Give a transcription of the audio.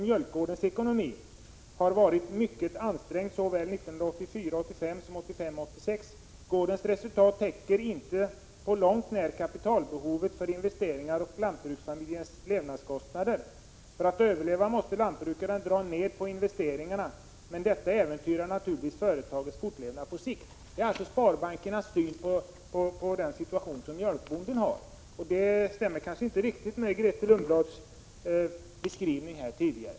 ”Mjölkgårdens ekonomi har varit mycket ansträngd såväl 1984 86. Gårdens resultat täcker inte på långt när kapitalbehovet för investeringar och lantbrukarfamiljens levnadskostnader. För att överleva måste lantbrukaren dra ned på investeringarna men detta äventyrar naturligtvis företagets fortlevnad på sikt.” Det är alltså sparbankernas syn på mjölkbondens situation, och den stämmer kanske inte riktigt med den beskrivning Grethe Lundblad gav här tidigare.